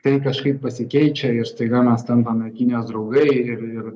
tai kažkaip pasikeičia ir staiga mes tampame kinijos draugai ir ir